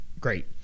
Great